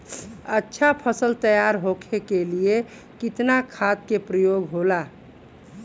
अच्छा फसल तैयार होके के लिए कितना खाद के प्रयोग होला?